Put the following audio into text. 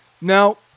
Now